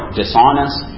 dishonest